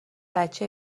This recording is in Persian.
بچه